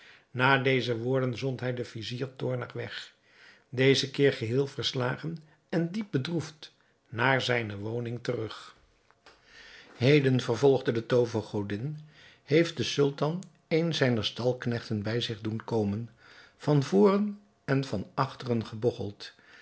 na deze woorden zond hij den vizier toornig weg deze keerde geheel verslagen en diep bedroefd naar zijne woning terug heden vervolgde de toovergodin heeft de sultan een zijner stalknechten bij zich doen komen van voren en van achteren gebogcheld